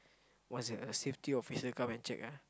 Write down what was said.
once the safety officer come and check ah